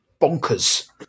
bonkers